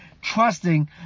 trusting